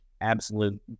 absolute